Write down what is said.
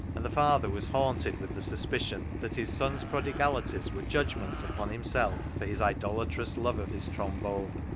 and the father was haunted with the suspicion that his son's prodigalities were judgments upon himself for his idolatrous love of his trombone.